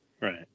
Right